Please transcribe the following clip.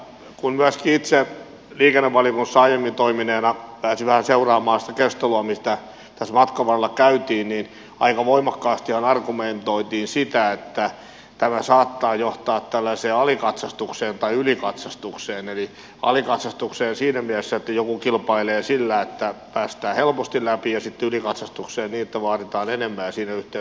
kun myöskin itse liikennevaliokunnassa aiemmin toimineena pääsin vähän seuraamaan sitä keskustelua mitä tässä matkan varrella käytiin niin aika voimakkaastihan argumentoitiin sitä että tämä saattaa johtaa tällaiseen alikatsastukseen tai ylikatsastukseen eli alikatsastukseen siinä mielessä että joku kilpailee sillä että päästää helposti läpi ja sitten ylikatsastukseen niin että vaaditaan enemmän ja siinä yhteydessä sitten tehdään näitä korjauksia